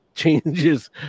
changes